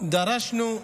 דרשנו,